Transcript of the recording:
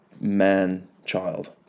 man-child